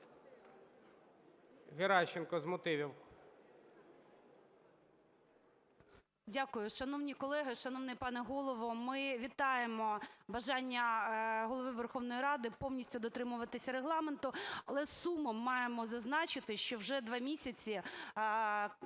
Геращенко з мотивів.